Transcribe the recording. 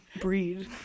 breed